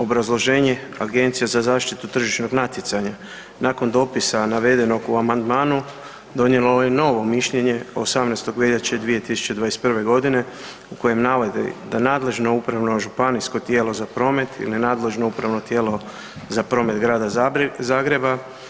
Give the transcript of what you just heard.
Obrazloženje, Agencija za zaštitu tržišnog natjecanja nakon dopisa navedenog u amandmanu, donijelo je novo mišljenje 18. veljače 2021. g. u kojem navodi da nadležno upravno županijsko tijelo za promet je nenadležno upravo tijelo za promet grada Zagreba.